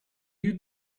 you